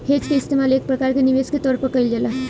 hedge के इस्तेमाल एक प्रकार के निवेश के तौर पर कईल जाला